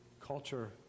culture